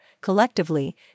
collectively